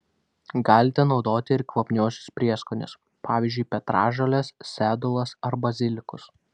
galite naudoti ir kvapniuosius prieskonius pavyzdžiui petražoles sedulas arba bazilikus